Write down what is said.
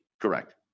Correct